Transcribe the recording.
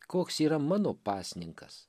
koks yra mano pasninkas